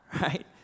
right